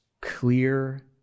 Clear